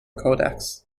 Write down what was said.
codex